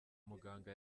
muganga